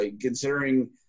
considering